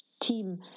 team